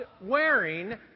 wearing